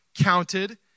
counted